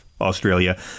Australia